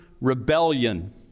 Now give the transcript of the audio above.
Rebellion